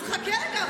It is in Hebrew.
אז חכה רגע.